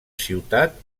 ciutat